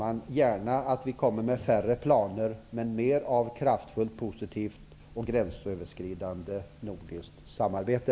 Jag ser gärna att det kommer färre planer och mer kraftfullt positivt och gränsöverskridande nordiskt samarbete.